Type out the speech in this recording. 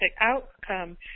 outcome